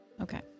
okay